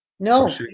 No